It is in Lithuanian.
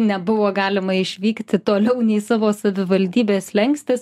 nebuvo galima išvykti toliau nei savo savivaldybės slenkstis